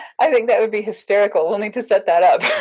i think that would be hysterical. we'll need to set that up.